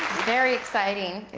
very exciting. it